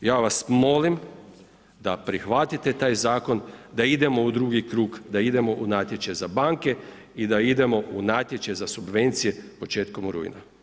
Ja vas molim da prihvatite taj zakon, da idemo u drugi krug, da idemo u natječaj za banke i da idemo za natječaj za subvencije početkom rujna.